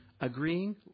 Agreeing